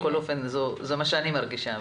בכל אופן זה מה שאני מרגישה,